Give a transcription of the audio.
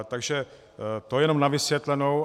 Tak to jenom na vysvětlenou.